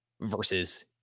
versus